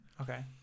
Okay